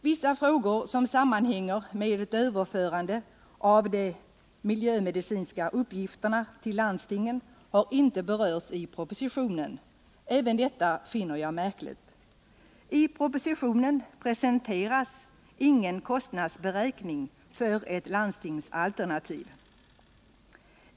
Vissa frågor som sammanhänger med ett överförande av de miljömedicinska uppgifterna till landstingen har inte berörts i propositionen. Även detta finner jag märkligt. I propositionen presenteras ingen kostnadsberäkning för ett landstingsalternativ.